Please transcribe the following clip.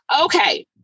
Okay